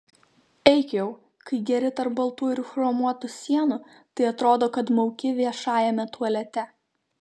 eik jau kai geri tarp baltų ir chromuotų sienų tai atrodo kad mauki viešajame tualete